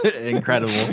Incredible